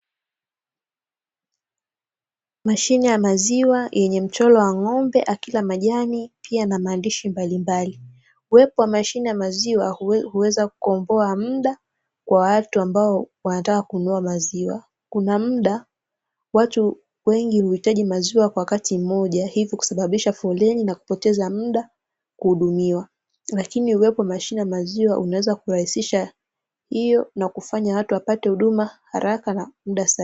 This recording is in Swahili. Mashine ya maziwa yenye mchoro wa ng'ombe akila majani pia maandishi mbalimbali, uwepo wa mashine ya maziwa huweza kuokoa muda wawatu ambao wanataka kununua maziwa, kuna muda watu wengi huitaji maziwa kwa wakati mmoja ivo kusababisha foleni na kupoteza muda kuhudumiwa lakini uwepo wa mashine ya maziwa una weza kurahisisha hiyo na kufanya watu wapate huduma haraka na muda sahihi.